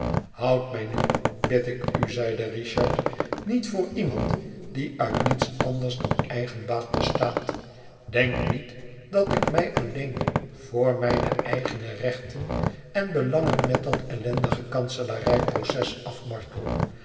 houd mij nu bid ik u zeide richard niet voor iemand die uit niets anders dan eigenbaat bestaat denk niet dat ik mij alleen voor mijne eigene rechten en belangen met dat ellendige kanselarij proces afmartel